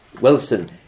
Wilson